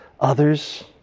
others